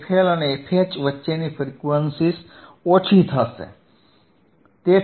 FL અને FH વચ્ચેની frequencies ઓછી થશે